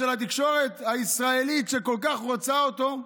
סקר של התקשורת הישראלית שכל כך רוצה אותו?